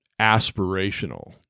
aspirational